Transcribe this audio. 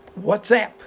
WhatsApp